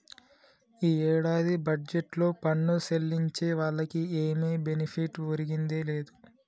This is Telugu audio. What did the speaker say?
ఈ ఏడాది బడ్జెట్లో పన్ను సెల్లించే వాళ్లకి ఏమి బెనిఫిట్ ఒరిగిందే లేదు